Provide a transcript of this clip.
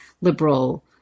liberal